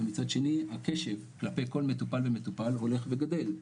אבל מצד שני הקשב כלפי כל מטופל ומטופל הולך וגדל.